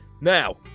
Now